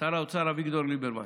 שר האוצר אביגדור ליברמן.